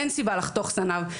אין סיבה לחתוך זנב.